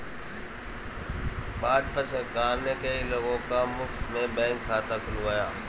भाजपा सरकार ने कई लोगों का मुफ्त में बैंक खाता खुलवाया